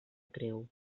creu